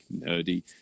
nerdy